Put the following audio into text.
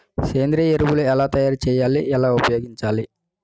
సేంద్రీయ ఎరువులు ఎలా తయారు చేయాలి? ఎలా ఉపయోగించాలీ?